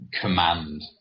command